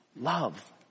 love